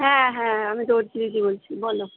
হ্যাঁ হ্যাঁ আমি দর্জি দিদি বলছি বলো